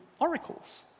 oracles